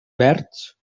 verds